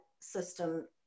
system